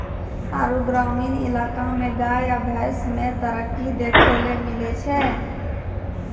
आरु ग्रामीण इलाका मे गाय या भैंस मे तरक्की देखैलै मिलै छै